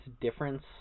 difference